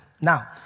Now